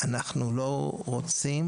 אנחנו לא רוצים,